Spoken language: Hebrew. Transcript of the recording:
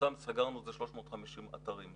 בעקבותיהם סגרנו כ-350 אתרים.